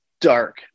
dark